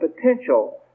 potential